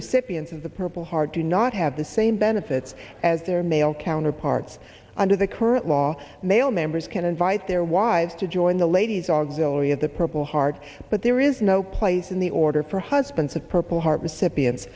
recipients of the purple heart do not have the same benefits as their male counterparts under the current law male members can invite their wives to join the ladies auxiliary of the purple heart but there is no place in the order for husbands of purple heart recipients